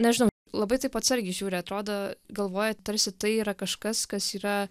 nežinau labai taip atsargiai žiūri atrodo galvoja tarsi tai yra kažkas kas yra